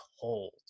cold